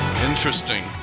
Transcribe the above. Interesting